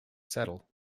settle